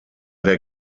der